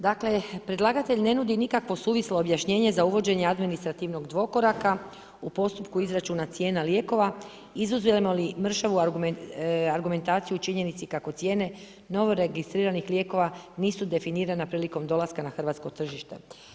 Dakle, predlagatelj ne nudi nikakvo suvislo objašnjenje za uvođenje administrativnog dvokoraka u postupka izračuna cijena lijekova izuzmemo li mršavu argumentaciju u činjenici kako cijene novo registriranih lijekova nisu definirana prilikom dolaska na hrvatsko tržište.